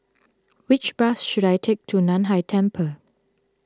which bus should I take to Nan Hai Temple